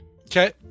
Okay